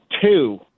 two